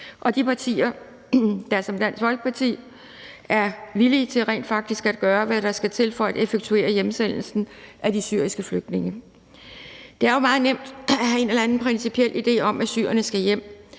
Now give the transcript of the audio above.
og de partier, der som Dansk Folkeparti er villige til rent faktisk at gøre, hvad der skal til for at effektuere hjemsendelsen af de syriske flygtninge. Det er meget nemt at have en eller anden principiel idé om, at syrerne skal hjem,